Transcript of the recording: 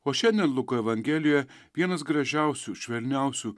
o šiandien luko evangelijoje vienas gražiausių švelniausių